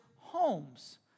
homes